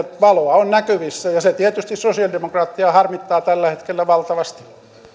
valoa on näkyvissä ja se tietysti sosialidemokraatteja harmittaa tällä hetkellä valtavasti